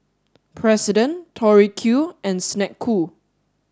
president Tori Q and Snek Ku